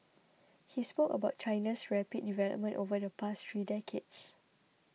he spoke about China's rapid development over the past three decades